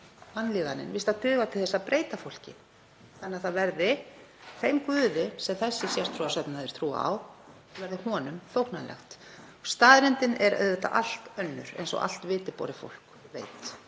og vanlíðanin víst að duga til þess að breyta fólki þannig að það verði þeim guði sem þessi sértrúarsöfnuður trúir á þóknanlegt. Staðreyndin er auðvitað allt önnur eins og allt viti borið fólk veit.